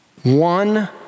One